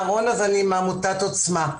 מעמותת עוצמה.